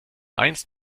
eins